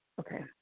Okay